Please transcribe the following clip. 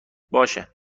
باشه